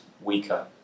weaker